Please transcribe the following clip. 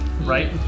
right